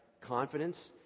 confidence